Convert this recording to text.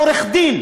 עורך-הדין